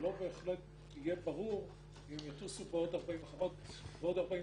ולא בהכרח יהיה ברור אם יטוסו בעוד 48